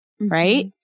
right